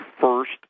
first